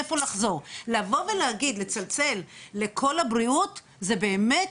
להגיד לצלצל ל'קול הבריאות' זה באמת